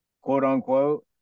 quote-unquote